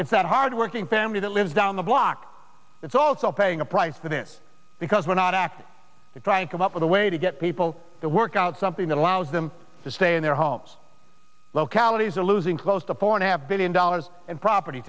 it's that hardworking family that lives down the block it's also paying a price that is because we're not asking to try and come up with a way to get people to work out something that allows them to stay in their homes localities are losing close to four and a half billion dollars in property